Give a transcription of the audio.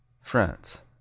france